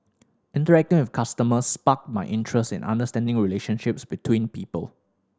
interacting with customers sparked my interest in understanding relationships between people